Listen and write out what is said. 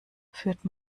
führt